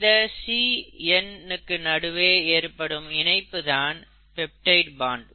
இந்த C N க்கு நடுவே ஏற்படும் இணைப்பு தான் பெப்டைடு பாண்ட்